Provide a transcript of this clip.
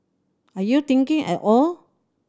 are you thinking at all